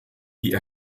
die